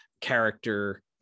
character